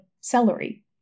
celery